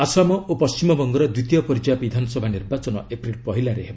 ଆସାମ ଓ ପଶ୍ଚିମବଙ୍ଗର ଦ୍ୱିତୀୟ ପର୍ଯ୍ୟାୟ ବିଧାନସଭା ନିର୍ବାଚନ ଏପ୍ରିଲ୍ ପହିଲାରେ ହେବ